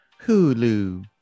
Hulu